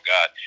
God